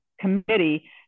committee